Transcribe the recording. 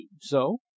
so